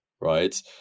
right